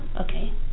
Okay